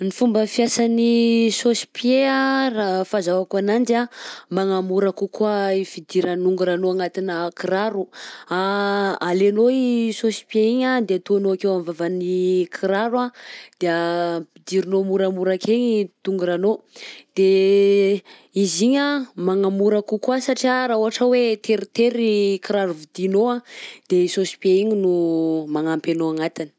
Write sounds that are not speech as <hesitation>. Ny fomba fiasan'ny chausse-pied raha fahazahoako ananjy anh magnamora kokoa i fidiran'ny ny ongoranao agnatinà kiraro. _x000D_ <hesitation> Alainao i chausse-pied igny anh de ataonao akeo am'vavan'ny kiraro anh de <hesitation> ampidirinao moramora akegny tongoranao, de izy igny anh magnamora kokoa satria raha ohatra hoe teritery kiraro vidianao de i chausse-pied igny no magnampy anao agnatiny.